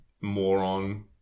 moron